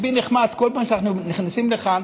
ליבי נחמץ בכל פעם שאנחנו נכנסים לכאן